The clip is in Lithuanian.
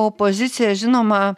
opozicija žinoma